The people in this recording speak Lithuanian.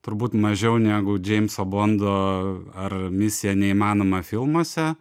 turbūt mažiau negu džeimso bondo ar misija neįmanoma filmuose